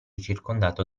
circondato